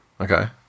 Okay